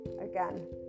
again